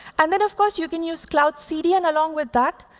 and then, of course, you can use cloud cdn along with that.